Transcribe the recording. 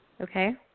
Okay